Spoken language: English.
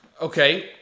Okay